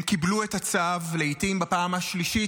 הם קיבלו את הצו לעיתים בפעם השלישית,